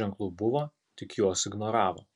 ženklų buvo tik juos ignoravo